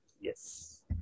Yes